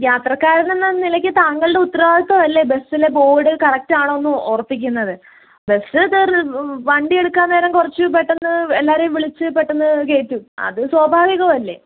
യാത്രക്കാരനെന്ന നിലയ്ക്ക് താങ്കളുടെ ഉത്തരവാദിത്ത്മ് അല്ലേ ബസ്സിലെ ബോഡ് കറെക്റ്റ് ആണോ എന്ന് ഉറപ്പിക്കുന്നത് ബസ് കയറ് വണ്ടി എടുക്കാൻ നേരം കുറച്ച് പെട്ടെന്ന് എല്ലാവരേയും വിളിച്ച് പെട്ടെന്ന് കയറ്റും അത് സ്വാഭാവികം അല്ലേ